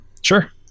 Sure